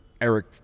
Eric